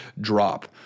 drop